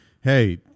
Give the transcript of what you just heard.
Hey